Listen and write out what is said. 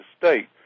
state